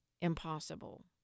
impossible